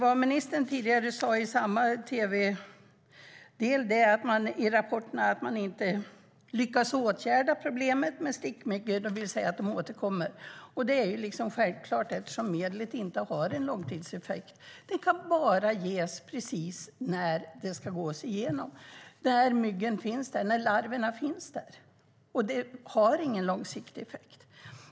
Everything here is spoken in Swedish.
I samma tv-sammanhang sa ministern att man ser i rapporterna att man inte lyckas åtgärda problemen med stickmyggor, det vill säga att de återkommer. Det är självklart, eftersom medlet inte har en långtidseffekt. Det kan bara ges precis när myggorna och larverna finns där. Det har ingen långsiktig effekt.